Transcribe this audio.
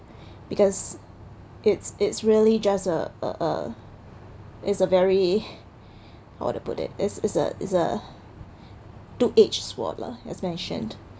because it's it's really just a a it's a very how to put it's it's a it's a two edge sword lah as mentioned